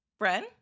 Bren